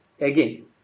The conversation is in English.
again